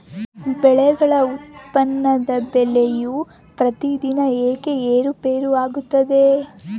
ಬೆಳೆಗಳ ಉತ್ಪನ್ನದ ಬೆಲೆಯು ಪ್ರತಿದಿನ ಏಕೆ ಏರುಪೇರು ಆಗುತ್ತದೆ?